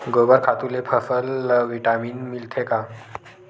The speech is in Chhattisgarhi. गोबर खातु ले फसल ल का विटामिन मिलथे का?